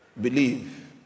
believe